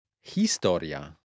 Historia